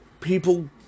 people